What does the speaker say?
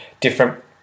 different